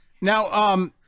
Now-